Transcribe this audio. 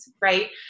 right